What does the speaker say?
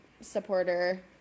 supporter